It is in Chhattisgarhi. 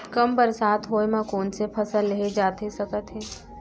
कम बरसात होए मा कौन से फसल लेहे जाथे सकत हे?